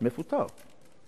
מפוטר.